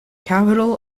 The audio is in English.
capital